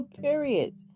period